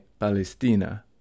Palestina